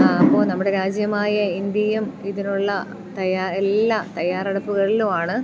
അപ്പോൾ നമ്മുടെ രാജ്യമായ ഇന്ത്യയും ഇതിനുള്ള തയ്യാർ എല്ലാ തയ്യാറെടുപ്പുകളിലും ആണ്